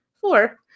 Four